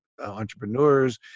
entrepreneurs